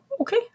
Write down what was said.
okay